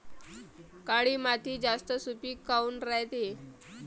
काळी माती जास्त सुपीक काऊन रायते?